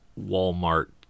Walmart